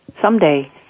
someday